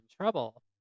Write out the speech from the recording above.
trouble